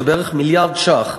זה בערך מיליארד ש"ח.